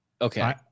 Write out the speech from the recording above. okay